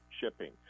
shipping